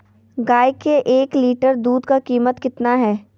गाय के एक लीटर दूध का कीमत कितना है?